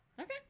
Okay